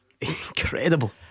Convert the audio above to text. incredible